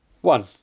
One